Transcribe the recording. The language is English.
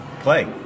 play